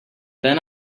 then